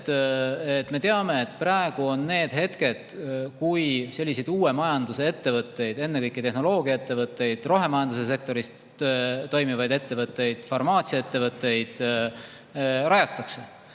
me teame, et praegu on aeg, kui rajatakse selliseid uue majanduse ettevõtteid, ennekõike tehnoloogiaettevõtteid, rohemajanduse sektoris toimivaid ettevõtteid ja farmaatsiaettevõtteid.